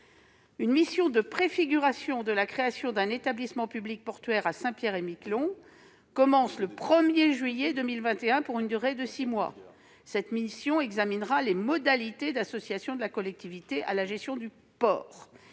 Une mission de préfiguration de la création d'un établissement public portuaire à Saint-Pierre-et-Miquelon commencera le 1juillet 2021, pour une durée de six mois. Cette mission examinera les modalités d'association de la collectivité à la gestion du port.